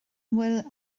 bhfuil